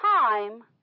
time